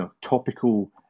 topical